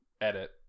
edit